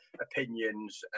opinions